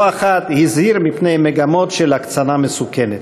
לא אחת הזהיר מפני מגמות של הקצנה מסוכנת.